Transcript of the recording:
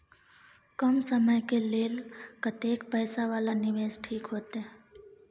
कम समय के लेल कतेक पैसा वाला निवेश ठीक होते?